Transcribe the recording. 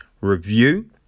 review